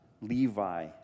Levi